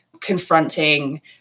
confronting